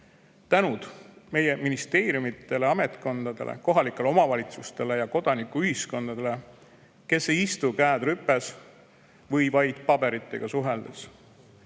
tänu meie ministeeriumidele ja ametkondadele, kohalikele omavalitsustele ja kodanikuühendustele, kes ei istu käed rüpes või vaid paberitega suheldes. Samas